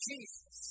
Jesus